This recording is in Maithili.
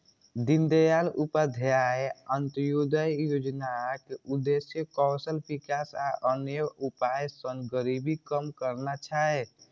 दीनदयाल उपाध्याय अंत्योदय योजनाक उद्देश्य कौशल विकास आ अन्य उपाय सं गरीबी कम करना छै